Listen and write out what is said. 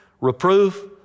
reproof